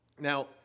now